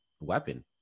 weapon